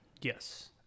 Yes